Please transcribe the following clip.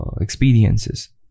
Experiences